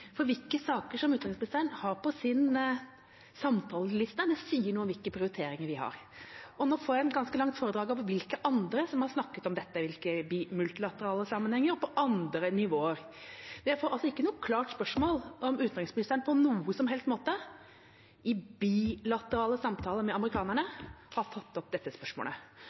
for hvilke saker utenriksministeren har på sin samtaleliste, sier litt om hvilke prioriteringer vi har. Nå får jeg et ganske langt foredrag om hvilke andre som har snakket om dette, i hvilke multilaterale sammenhenger og på andre nivåer. Jeg får ikke noe klart svar på om utenriksministeren på noen som helst måte i bilaterale samtaler med amerikanerne har tatt opp dette spørsmålet.